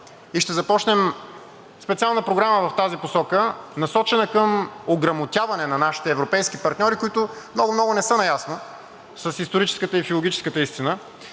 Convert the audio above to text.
и ще започнем специална програма в тази посока, насочена към ограмотяване на нашите европейски партньори, които много, много не са наясно с историческата и филологическата истина.